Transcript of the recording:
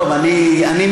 טוב, אני מתנצל.